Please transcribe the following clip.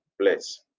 place